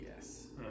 Yes